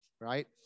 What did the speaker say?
right